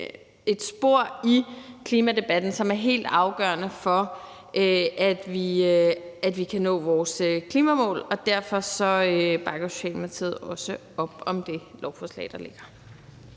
et spor i klimadebatten, som er helt afgørende for, at vi kan nå vores klimamål. Derfor bakker Socialdemokratiet også op om det lovforslag, der ligger